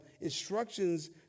instructions